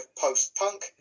post-punk